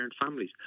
families